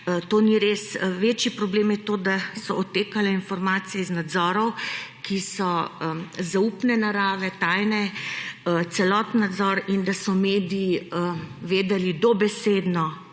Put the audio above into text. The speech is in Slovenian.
to ni res. Večji problem je to, da so odtekale informacije iz nadzorov, ki so zaupne narave, tajne, celoten nadzor, in da so mediji vedeli dobesedno